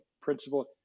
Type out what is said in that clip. principle